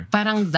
Parang